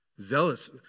zealous